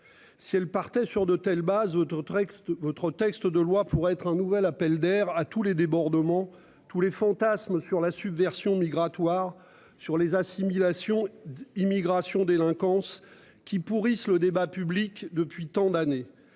Si elle partait sur de telles bases. D'autres ex-votre texte de loi pourrait être un nouvel appel d'air à tous les débordements. Tous les fantasmes sur la subversion migratoire sur les assimilation immigration délinquance qui pourrissent le débat public depuis tant d'années